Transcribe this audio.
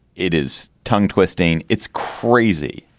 it is tongue twisting. it's crazy.